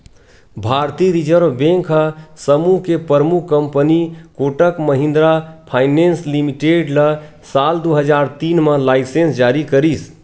भारतीय reserve bank ह समूह के परमुख company Kotak Mahindra finance limited ल साल दू हजार तीन म लाइनेंस जारी करिस